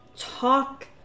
talk